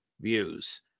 views